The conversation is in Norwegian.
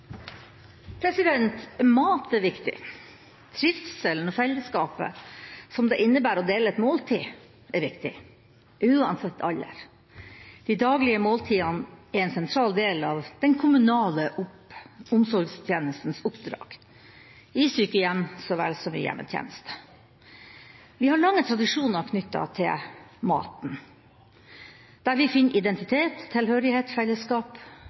til. Mat er viktig. Trivselen og fellesskapet som det innebærer å dele et måltid, er viktig – uansett alder. De daglige måltidene er en sentral del av den kommunale omsorgstjenestens oppdrag, i sykehjem så vel som i hjemmetjeneste. Vi har lange tradisjoner knyttet til maten, der vi finner identitet, tilhørighet